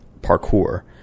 parkour